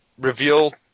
reveal